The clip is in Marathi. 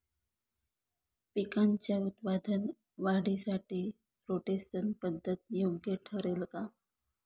पिकाच्या उत्पादन वाढीसाठी रोटेशन पद्धत योग्य ठरेल का?